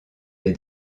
des